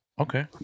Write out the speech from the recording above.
Okay